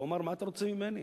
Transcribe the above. הוא אמר: מה אתה רוצה ממני,